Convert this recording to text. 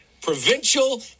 provincial